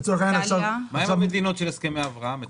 מה עם המדינות של הסכמי אברהם?